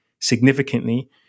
significantly